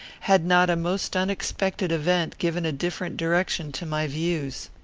had not a most unexpected event given a different direction to my views.